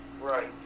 Right